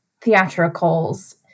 theatricals